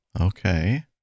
Okay